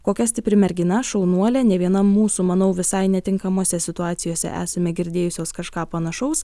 kokia stipri mergina šaunuolė ne viena mūsų manau visai netinkamose situacijose esame girdėjusios kažką panašaus